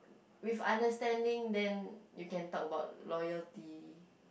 with understanding then you can talk about loyalty